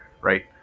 Right